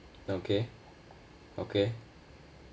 okay okay